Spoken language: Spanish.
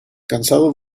cansado